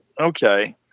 Okay